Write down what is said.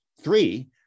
three